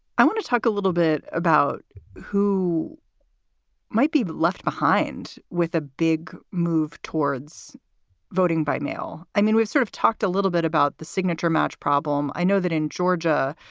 i want to talk a little bit about who might be left behind with a big move towards voting by mail. i mean, we've sort of talked a little bit about the signature match problem. i know that in georgia,